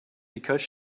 because